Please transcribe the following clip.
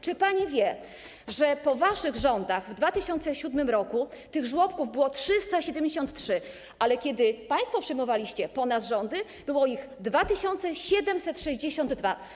Czy pani wie, że po waszych rządach w 2007 r. tych żłobków było 373, a kiedy państwo przejmowaliście po nas rządy, było ich 2762?